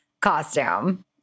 costume